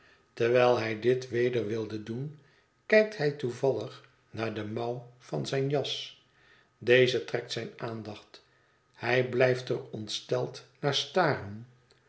terwijl hij dit weder wil doen kijkt hij toevallig naar de mouw van zijne jas deze trekt zijne aandacht hij blijft er ontsteld naar staren